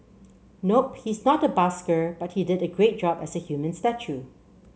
nope he's not a busker but he did a great job as a human statue